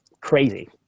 crazy